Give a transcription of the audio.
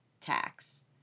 tax